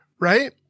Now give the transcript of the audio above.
right